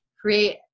create